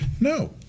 No